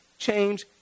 change